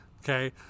okay